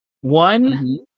One